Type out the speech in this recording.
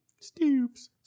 Stoops